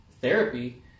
therapy